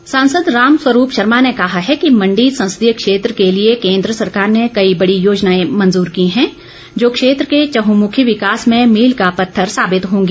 रामस्वरूप सांसद रामस्वरूप शर्मा ने कहा है कि मंडी संसदीय क्षेत्र के लिए केंद्र सरकार ने कई बड़ी योजनाएं मंजूर की है जो क्षेत्र के चहूंमुखी विकास में मील का पत्थर साबित होंगी